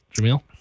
Jamil